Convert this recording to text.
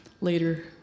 later